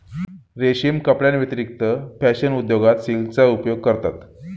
रेशीम कपड्यांव्यतिरिक्त फॅशन उद्योगात सिल्कचा उपयोग करतात